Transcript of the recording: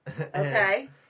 Okay